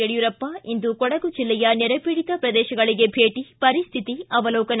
ಯಡಿಯೂರಪ್ಪ ಇಂದು ಕೊಡಗು ಜಿಲ್ಲೆಯ ನೆರೆಪೀಡಿತ ಪ್ರದೇಶಗಳಿಗೆ ಭೇಟ ಪರಿಸ್ಥಿತಿ ಅವಲೋಕನ